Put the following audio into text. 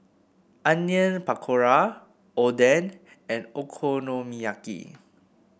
Onion Pakora Oden and Okonomiyaki